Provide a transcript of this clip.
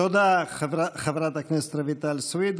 תודה, חברת הכנסת רויטל סויד.